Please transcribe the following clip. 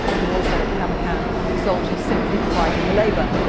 who were also at tamarkan, soldiers simply providing the labour.